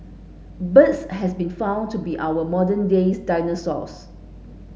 birds has been found to be our modern days dinosaurs